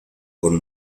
con